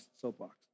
soapbox